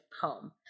home